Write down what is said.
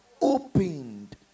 opened